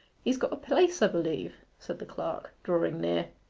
he's got a place a b'lieve said the clerk, drawing near.